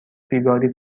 بیگاری